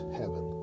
heaven